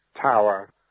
tower